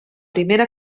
primera